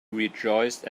rejoiced